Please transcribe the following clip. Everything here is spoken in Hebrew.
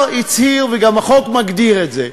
והשר הצהיר, וגם החוק מגדיר את זה,